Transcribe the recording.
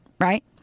right